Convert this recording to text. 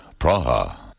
Praha